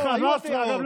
היו הפרעות.